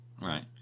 Right